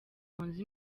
munzu